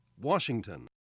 Washington